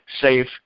safe